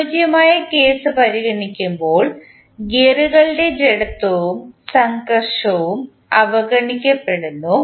അനുയോജ്യമായ കേസ് പരിഗണിക്കുമ്പോൾ ഗിയറുകളുടെ ജഡത്ത്വവും സംഘർഷവും അവഗണിക്കപ്പെടുന്നു